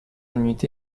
unité